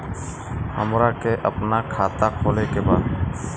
हमरा के अपना खाता खोले के बा?